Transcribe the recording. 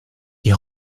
die